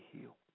heal